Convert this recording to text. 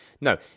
No